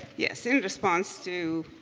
yes. in response to